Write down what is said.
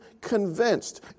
convinced